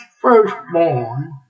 firstborn